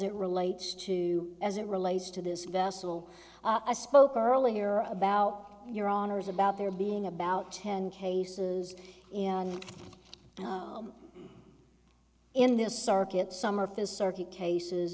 it relates to as it relates to this vessel i spoke earlier about your honour's about there being about ten cases in this circuit summerfest circuit cases